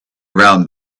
around